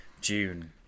June